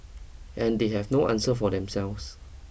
and they have no answer for themselves